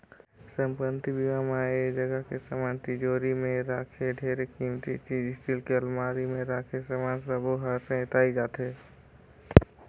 संपत्ति बीमा म ऐ जगह के समान तिजोरी मे राखे ढेरे किमती चीच स्टील के अलमारी मे राखे समान सबो हर सेंइताए जाथे